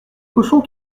cochons